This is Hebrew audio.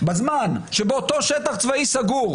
בזמן שבאותו שטח צבאי סגור,